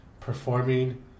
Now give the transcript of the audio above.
Performing